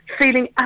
feeling